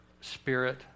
spirit